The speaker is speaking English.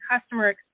customer